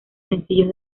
sencillos